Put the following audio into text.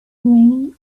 ran